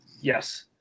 Yes